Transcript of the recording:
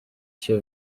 się